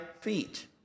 feet